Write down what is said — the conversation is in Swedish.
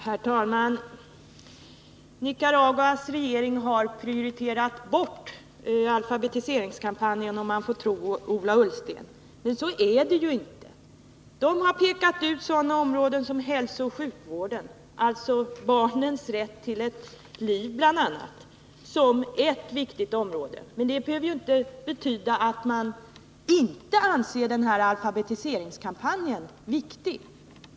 Herr talman! Nicaraguas regering har prioriterat bort alfabetiseringskampanjen, om man får tro Ola Ullsten. Men så är det ju inte. Nicaraguas regering har pekat ut hälsooch sjukvården, alltså bl.a. barnens rätt till ett liv, som ett viktigt område, men det behöver inte betyda att man inte anser alfabetiseringskampanjen viktig.